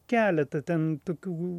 keletą ten tokių